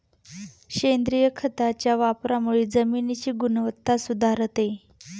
सेंद्रिय खताच्या वापरामुळे जमिनीची गुणवत्ता सुधारते